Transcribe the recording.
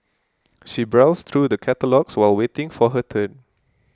she browsed through the catalogues while waiting for her turn